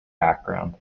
background